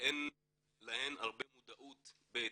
שאין להן הרבה מודעות באתיופיה,